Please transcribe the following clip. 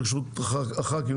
ברשות הח"כים,